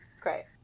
Great